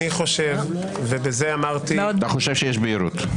אני חושב --- אתה חושב שיש בהירות?